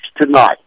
tonight